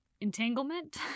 entanglement